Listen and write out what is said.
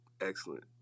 excellent